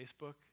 Facebook